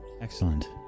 excellent